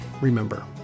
remember